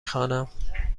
خوانم